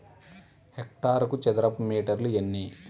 హెక్టారుకు చదరపు మీటర్లు ఎన్ని?